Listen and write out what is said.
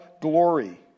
glory